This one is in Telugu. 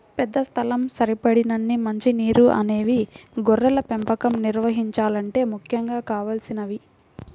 పెద్ద స్థలం, సరిపడినన్ని మంచి నీరు అనేవి గొర్రెల పెంపకం నిర్వహించాలంటే ముఖ్యంగా కావలసినవి